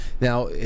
now